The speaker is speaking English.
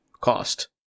cost